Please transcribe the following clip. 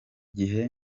gihe